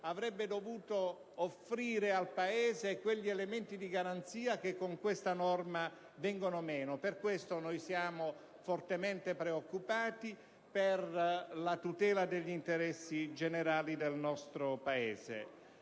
avrebbe dovuto offrire al Paese quegli elementi di garanzia che con tale norma vengono meno. Per tale motivo, siamo fortemente preoccupati per la tutela degli interessi generali del nostro Paese.